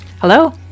Hello